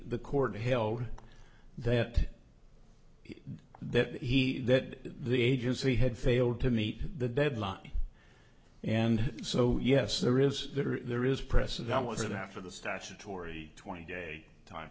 the court held that that he that the agency had failed to meet the deadline and so yes there is there is precedent wasn't after the statutory twenty day time